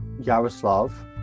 Yaroslav